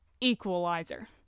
equalizer